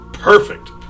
Perfect